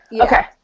Okay